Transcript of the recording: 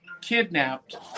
kidnapped